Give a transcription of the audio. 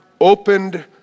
opened